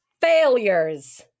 Failures